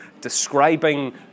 describing